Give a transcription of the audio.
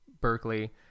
Berkeley